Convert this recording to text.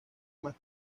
más